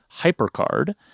HyperCard